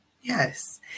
Yes